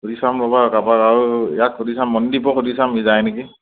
সুধি চাম ৰ'বা কাৰোবাক আৰু ইয়াক সুধি চাম মনদ্বীপক সুধি চাম ই যায় নেকি